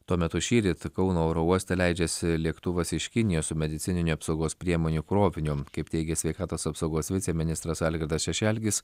tuo metu šįryt kauno oro uoste leidžiasi lėktuvas iš kinijos su medicininių apsaugos priemonių kroviniu kaip teigia sveikatos apsaugos viceministras algirdas šešelgis